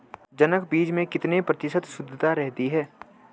जनक बीज में कितने प्रतिशत शुद्धता रहती है?